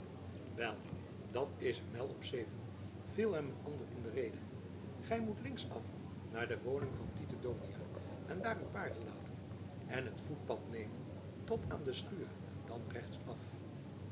wel dat is een mijl op zeven viel hem een ander in de rede gij moet linksaf naar de woning van tiete donia en daar uw paarden laten en het voetpad nemen tot aan de schuur en dan rechtsaf